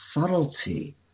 subtlety